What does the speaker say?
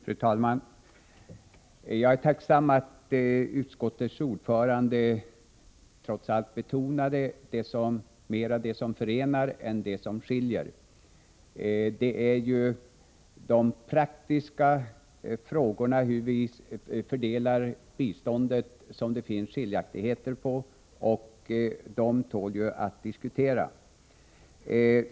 Fru talman! Jag är tacksam att utskottets ordförande trots allt mera betonade det som förenar än det som skiljer. Det är ju de praktiska frågorna när det gäller hur vi fördelar biståndet som det råder skilda meningar om, och de tål ju att diskuteras.